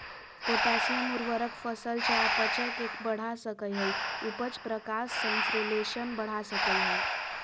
potassium उर्वरक फसल चयापचय के बढ़ा सकई हई, उपज, प्रकाश संश्लेषण बढ़ा सकई हई